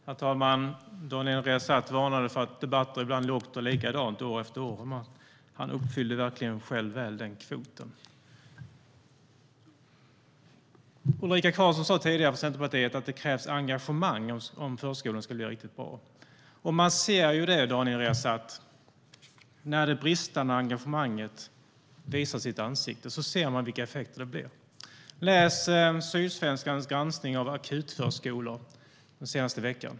Herr talman! Daniel Riazat varnade för att debatter ibland låter likadant år efter år. Han uppfyllde verkligen själv den kvoten väl. Ulrika Carlsson från Centerpartiet sa tidigare att det krävs engagemang om förskolan ska bli riktigt bra. Man ser detta, Daniel Riazat. När det bristande engagemanget visar sitt ansikte ser man vilka effekter det blir. Läs Sydsvenskans granskning av akutförskolor i Malmö den senaste veckan!